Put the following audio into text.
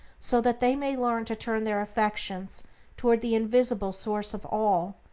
so that they may learn to turn their affections toward the invisible source of all,